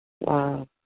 Wow